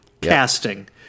casting